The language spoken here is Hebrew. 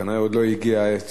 כנראה עוד לא הגיעה העת.